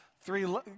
three